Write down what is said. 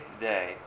day